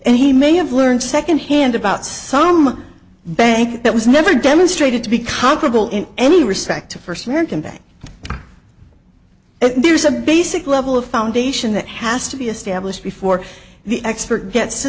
and he may have learned second hand about some bank that was never demonstrated to be comparable in any respect to first american that there's a basic level of foundation that has to be established before the expert gets to